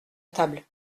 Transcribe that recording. table